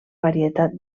varietat